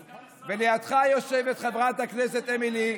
--- סגן השר --- לידך יושבת חברת הכנסת אמילי,